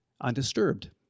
undisturbed